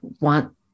want